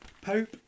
Pope